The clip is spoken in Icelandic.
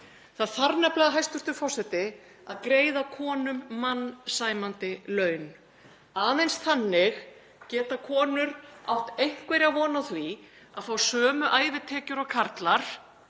Það þarf nefnilega, hæstv. forseti, að greiða konum mannsæmandi laun. Aðeins þannig geta konur átt einhverja von á því að fá sömu ævitekjur og karlar